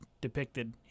depicted